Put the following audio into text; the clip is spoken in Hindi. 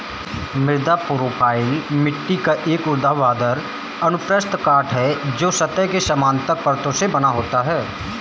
मृदा प्रोफ़ाइल मिट्टी का एक ऊर्ध्वाधर अनुप्रस्थ काट है, जो सतह के समानांतर परतों से बना होता है